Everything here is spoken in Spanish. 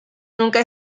nunca